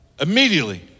immediately